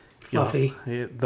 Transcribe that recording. Fluffy